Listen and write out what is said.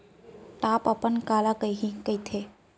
Top अपन काला कहिथे?